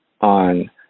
on